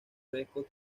frescos